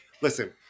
Listen